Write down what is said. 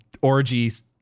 orgies